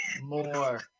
more